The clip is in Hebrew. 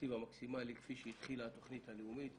לתקציב המקסימלי כפי שהתחילה התוכנית הלאומית.